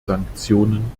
sanktionen